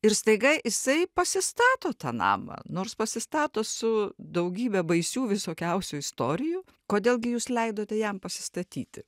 ir staiga jisai pasistato tą namą nors pasistato su daugybe baisių visokiausių istorijų kodėl gi jūs leidote jam pasistatyti